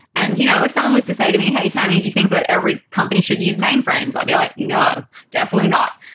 and you know if someone was to say to me, hey, tammy. do you think that every company should use mainframes? i'd be like, no, definitely not.